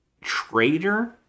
traitor